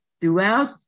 throughout